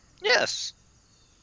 Yes